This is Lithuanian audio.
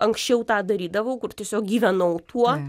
anksčiau tą darydavau kur tiesiog gyvenau tuo